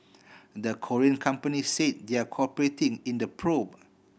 the Korean companies say they're cooperating in the probe